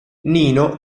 nino